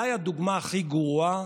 קבעה.